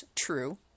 true